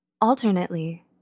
Alternately